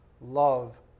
love